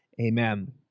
amen